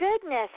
goodness